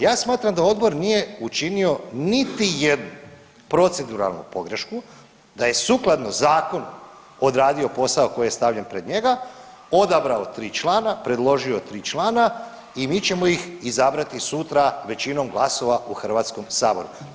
Ja smatram da odbor nije učinio niti jednu proceduralnu pogrešku, da je sukladno zakonu odradio posao koji je stavljen pred njega, odabrao 3 člana, predložio je 3 člana i mi ćemo ih izabrati sutra većinom glasova u HS-u.